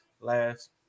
last